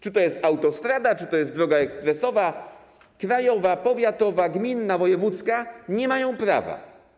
Czy to jest autostrada, czy to są drogi: ekspresowa, krajowa, powiatowa, gminna, wojewódzka - nie mają prawa.